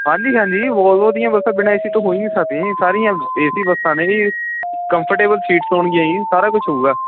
ਹਾਂਜੀ ਹਾਂਜੀ ਵੋਲਵੋ ਦੀਆਂ ਬੱਸਾਂ ਬਿਨ੍ਹਾਂ ਏਸੀ ਤੋਂ ਹੋ ਹੀ ਨਹੀਂ ਸਕਦੀਆਂ ਜੀ ਸਾਰੀਆਂ ਏਸੀ ਬੱਸਾਂ ਨੇ ਜੀ ਕੰਫਰਟੇਬਲ ਸੀਟਸ ਹੋਣਗੀਆਂ ਜੀ ਸਾਰਾ ਕੁਛ ਹੋਵੇਗਾ